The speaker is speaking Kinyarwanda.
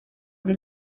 undi